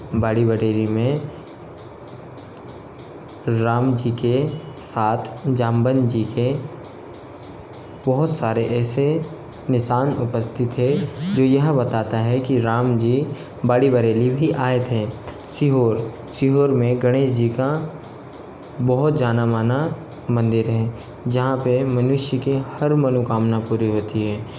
बाड़ी बरेली में राम जी के साथ जाम्बवन जी के बहुत सारे ऐसे निशान उपस्थित हैं जो यह बताता है कि राम जी बाड़ी बरेली भी आए थे सीहोर सीहोर में गणेश जी का बहुत जाना माना मंदिर है जहाँ पे मनुष्य के हर मनोकामना पूरी होती है